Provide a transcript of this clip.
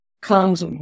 comes